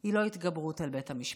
היא לא התגברות על בית המשפט,